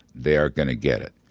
they are going to get it.